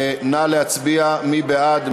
נא להצביע, מי בעד?